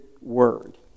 Word